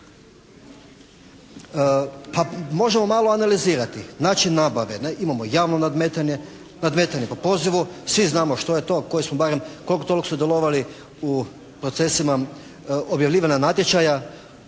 možemo malo analizirati. Znači nabave. Imamo javno nadmetanje, nadmetanje po pozivu, svi znamo što je to, … /Govornik se ne razumije./ … sudjelovali u procesima objavljivanja natječaja.